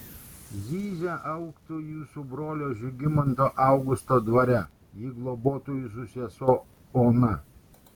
zyzia augtų jūsų brolio žygimanto augusto dvare jį globotų jūsų sesuo ona